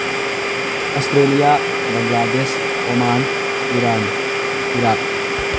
Australia Bangladesh Oman Iran Iraq